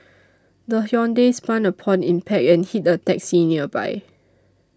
the Hyundai spun upon impact and hit a taxi nearby